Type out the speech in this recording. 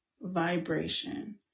vibration